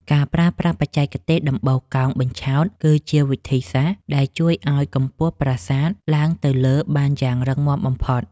ការប្រើប្រាស់បច្ចេកទេសដំបូលកោងបញ្ឆោតគឺជាវិធីសាស្រ្តដែលជួយឱ្យកម្ពស់ប្រាសាទឡើងទៅលើបានយ៉ាងរឹងមាំបំផុត។